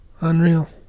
Unreal